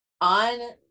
on